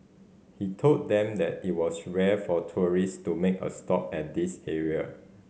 he told them that it was rare for tourist to make a stop at this area